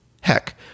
Heck